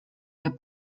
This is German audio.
der